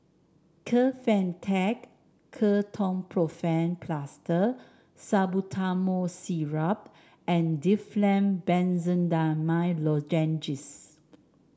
Kefentech Ketoprofen Plaster Salbutamol Syrup and Difflam Benzydamine Lozenges